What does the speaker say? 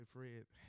Fred